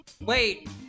Wait